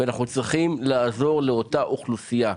אנחנו צריכים לעזור לאותה אוכלוסייה.